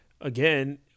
Again